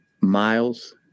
Miles